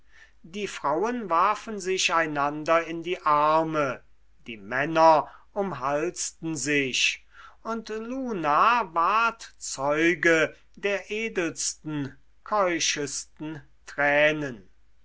die frauen warfen sich einander in die arme die männer umhalsten sich und luna ward zeuge der edelsten keuschesten tränen